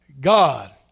God